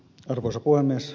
arvoisa puhemies